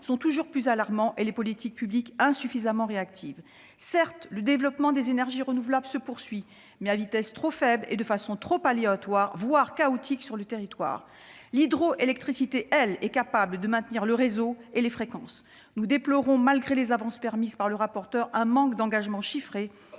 sont toujours plus alarmants et les politiques publiques insuffisamment réactives. Certes, le développement des énergies renouvelables se poursuit, mais à une vitesse trop faible et de façon trop aléatoire, voire chaotique sur le territoire. L'hydroélectricité, elle, est capable de maintenir le réseau et les fréquences. Malgré les avancées obtenues grâce au rapporteur, nous déplorons un manque d'engagement chiffré